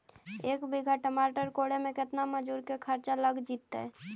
एक बिघा टमाटर कोड़े मे केतना मजुर के खर्चा लग जितै?